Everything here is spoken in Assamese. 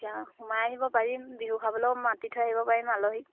এতিয়া সোমাই আহিব পাৰিম বিহু খাবলৈয়ো মাতি থৈ আহিব পাৰিম আলহীক